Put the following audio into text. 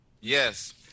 Yes